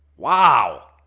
wow.